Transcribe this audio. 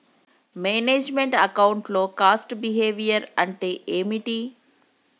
Manage meant account లో cost behaviour అంటే ఏమిటి?